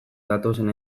datozen